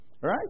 Right